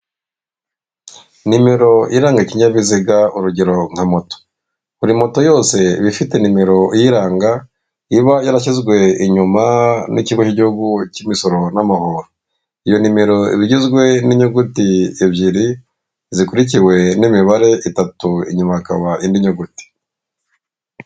Nimero iranga ikinyabiziga urugero nka moto, buri moto yose iba ifite numero iyiranga, iba yarashyizwe inyuma n'ikigo cy'igihugu cy'imisoro n'amahoro, iyo nimero igizwe n'inyuguti ebyiri zikurikiwe n'imibare itatu inyuma hakaba indi nyuguti.